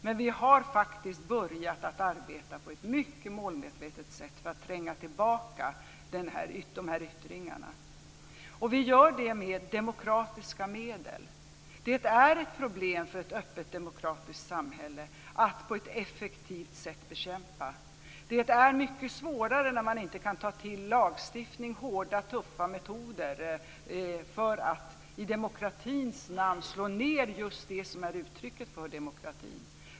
Men vi har faktiskt börjat att arbeta på ett mycket målmedvetet sätt för att tränga tillbaka dessa yttringar. Vi gör de med demokratiska medel. Det är ett problem för ett öppet demokratiskt samhälle att på ett effektivt sätt bekämpa detta. Det är mycket svårare när man inte kan ta till lagstiftning och hårda tuffa metoder för att i demokratins namn slå ned just det som är uttrycket för demokratin.